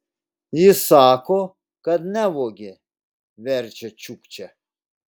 jis sako kad nevogė verčia čiukčia